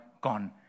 gone